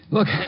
Look